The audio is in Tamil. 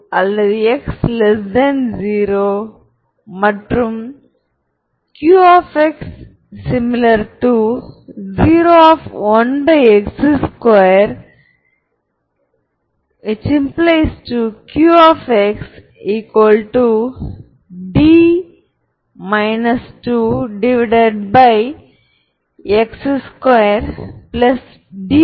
நான் அதைச் செய்வதற்கு முன் ஸ்கியூ சிம்மெட்ரிக் அல்லது சிம்மெட்ரி வரையறையை பார்ப்போம் இது மிகவும் பொதுவான வழியில் வைக்கப்படலாம்